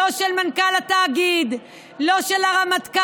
לא של מנכ"ל התאגיד, לא של הרמטכ"ל.